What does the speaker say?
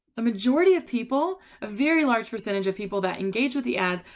the majority of people a very. large percentage of people that engage with the ad.